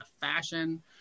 fashion